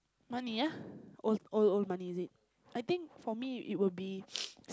money ah all all money is it I think for me it will be